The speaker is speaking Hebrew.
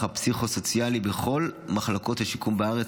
הפסיכו-סוציאלי בכל מחלקות השיקום בארץ,